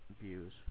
views